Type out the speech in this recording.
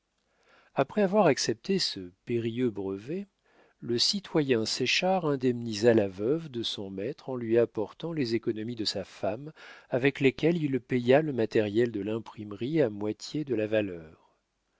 après avoir accepté ce périlleux brevet le citoyen séchard indemnisa la veuve de son maître en lui apportant les économies de sa femme avec lesquelles il paya le matériel de l'imprimerie à moitié de la valeur